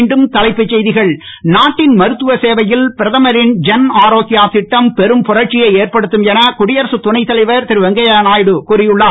மீண்டும் தலைப்புச் செய்திகள் நாட்டின் மருத்துவசேவையில் பிரதமரின் ஜன் ஆரோக்யா திட்டம் பெரும் புரட்சியை ஏற்படுத்தும் என குடியரசுத் துணைத்தலைவர் திருவெங்கைய நாயுடு கூறியுள்ளார்